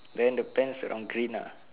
then the pants around green lah